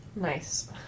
Nice